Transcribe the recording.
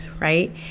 right